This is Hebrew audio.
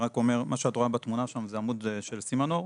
מה שאת רואה בתמונה שם זה עמוד של סימנור,